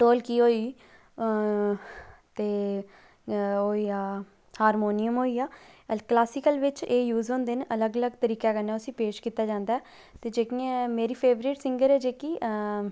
ढोल्की होई गेई ते होई गेआ हार्मोनियम होई गेआ क्लासीकल बिच एह् यूज होंदे न अलग अलग तरीका कन्नै उसी पेश कीता जांदा ते जेहकियां मेरी फेरवेट सिंगर ऐ जेहकी